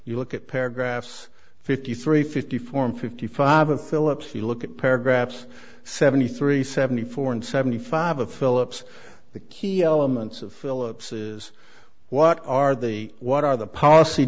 you look at paragraphs fifty three fifty four and fifty five of phillips you look at paragraphs seventy three seventy four and seventy five of phillips the key elements of phillips's what are the what are the policy